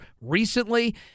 recently